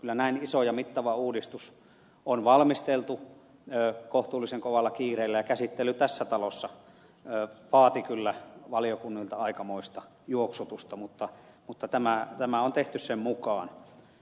kyllä näin iso ja mittava uudistus on valmisteltu kohtuullisen kovalla kiireellä ja käsittely tässä talossa vaati kyllä valiokunnilta aikamoista juoksutusta mutta tämä on tehty sen mukaan